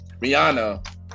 Rihanna